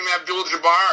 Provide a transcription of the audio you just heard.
Abdul-Jabbar